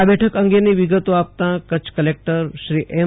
આ બેઠક અંગેની વિગતો આપતા કચ્છ કલેકટર એમ